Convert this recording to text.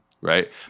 right